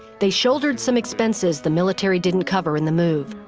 they shouldered some expenses the military didn't cover in the move.